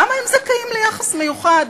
למה הם זכאים ליחס מיוחד,